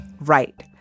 Right